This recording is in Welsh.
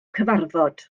cyfarfod